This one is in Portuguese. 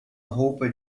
roupa